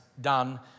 done